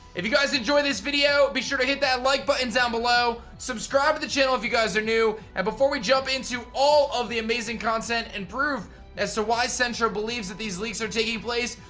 if you guys enjoyed this video, be sure to hit that like button down below, subscribe to the channel if you guys are new, and before we jump into all of the amazing content and proof as to why centro believes that these leaks are taking place,